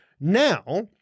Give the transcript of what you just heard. Now